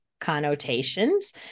connotations